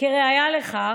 הראיה לכך,